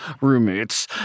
roommates